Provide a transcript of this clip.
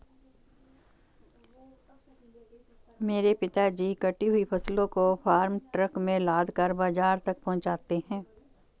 मेरे पिताजी कटी हुई फसलों को फार्म ट्रक में लादकर बाजार तक पहुंचाते हैं